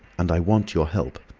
and i want your help.